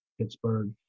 Pittsburgh